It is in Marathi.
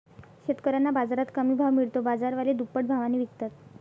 शेतकऱ्यांना बाजारात कमी भाव मिळतो, बाजारवाले दुप्पट भावाने विकतात